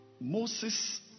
Moses